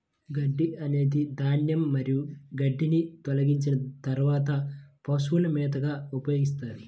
గడ్డి అనేది ధాన్యం మరియు గడ్డిని తొలగించిన తర్వాత పశువుల మేతగా ఉపయోగిస్తారు